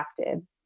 crafted